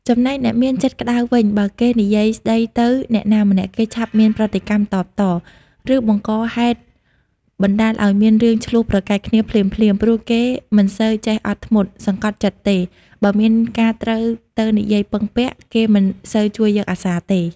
ចំណែកអ្នកមានចិត្តក្តៅវិញ បើគេនិយាយស្ដីទៅអ្នកណាម្នាក់ គេឆាប់មានប្រតិកម្មតបត ឫបង្កហេតុបណ្ដាលឲ្យមានរឿងឈ្លោះប្រកែកគ្នាភ្លាមៗ ព្រោះគេមិនសូវចេះអត់ធ្មត់ សង្កត់ចិត្តទេ បើមានការត្រូវទៅនិយាយពឹងពាក់ គេមិនសូវជួយយកអាសារទេ ។